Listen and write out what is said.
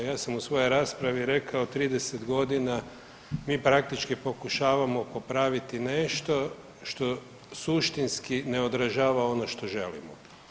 Ja sam u svojoj raspravi rekao 30 godina mi praktički pokušavamo popraviti nešto što suštinski ne odražava ono što želimo.